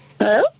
Hello